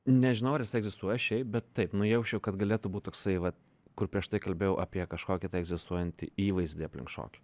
nežinau ar jis egzistuoja šiaip bet taip nujausčiau kad galėtų būt toksai va kur prieš tai kalbėjau apie kažkokį tai egzistuojantį įvaizdį aplink šokį